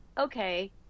okay